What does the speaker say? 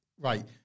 Right